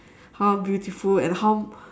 how beautiful and how